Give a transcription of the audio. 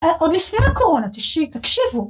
עוד לפני הקורונה, תקשיבו